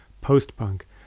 post-punk